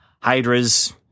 Hydra's